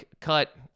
cut